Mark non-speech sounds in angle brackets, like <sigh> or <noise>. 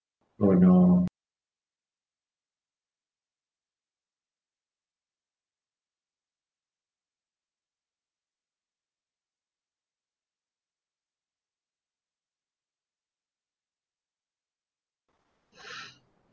oh no <breath>